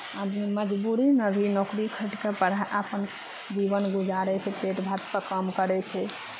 आदमी मजबूरीमे भी नौकरी खटि कऽ पढ़ा अपन जीवन गुजारै छै पेट भातके काम करै छै